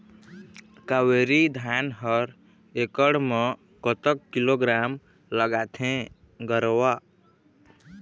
कावेरी धान हर एकड़ म कतक किलोग्राम लगाथें गरवा?